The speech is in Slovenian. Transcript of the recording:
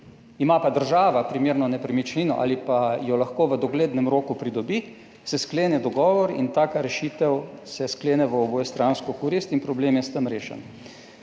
ima pa država primerno nepremičnino ali pa jo lahko v doglednem roku pridobi, se sklene dogovor in taka rešitev se sklene v obojestransko korist in problem je s tem rešen.